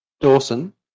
Dawson